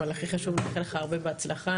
אבל הכי חשוב נאחל לך הרבה בהצלחה